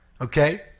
Okay